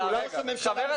ראש הממשלה